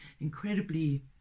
incredibly